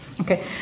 Okay